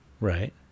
right